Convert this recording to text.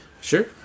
Sure